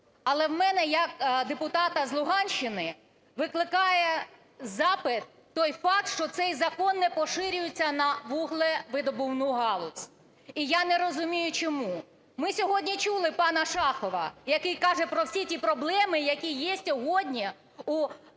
Але у мене як депутата з Луганщини викликає запит той факт, що цей закон не поширюється на вуглевидобувну галузь. І я не розумію, чому? Ми сьогодні чули пана Шахова, який каже про всі ті проблеми, які є сьогодні у вуглевидобувній